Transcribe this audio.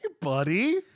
buddy